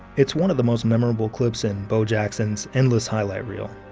it's one of the most memorable clips in bo jackson's endless highlight reel.